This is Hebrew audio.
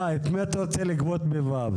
אתה, את מי אתה רוצה 'לגבות' ב-ו'?